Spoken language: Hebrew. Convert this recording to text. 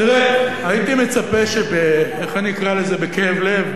תראה, הייתי מצפה, איך אני אקרא לזה, בכאב לב?